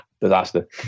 disaster